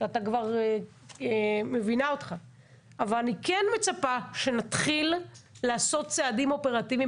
אבל אני כן מצפה שנתחיל לעשות צעדים אופרטיביים